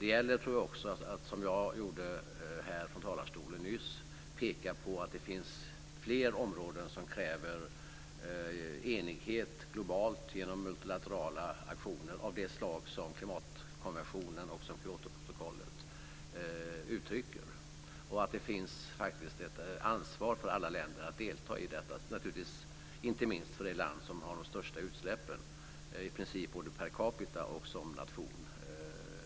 Det gäller också att, som jag nyss gjorde från talarstolen, peka på att det finns fler områden som kräver enighet globalt genom multilaterala aktioner av det slag som klimatkonventionen och även Kyotoprotokollet ger uttryck för. Det finns faktiskt ett ansvar för alla länder att delta i detta, naturligtvis inte minst för det land som har de största utsläppen, i princip både per capita och som nation